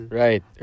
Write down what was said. right